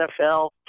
NFL